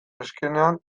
neskenean